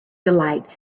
delight